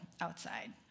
outside